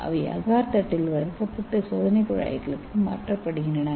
அவை அகார் தட்டில் வளர்க்கப்பட்டு சோதனைக் குழாய்க்கு மாற்றப்படுகின்றன